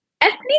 ethnic